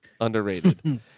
underrated